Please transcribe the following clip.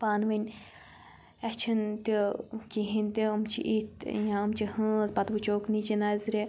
پانہٕ وٲنۍ اسہ چھنہٕ تہِ کہیٖنۍ تہِ یِم چھِ یِتھ یا یِم چھِ ہٲنز پَتہٕ وُچھہوکھ نِچہِ نَظرِ